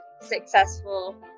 successful